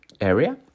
area